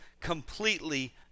completely